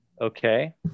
Okay